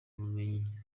ubumenyi